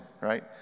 right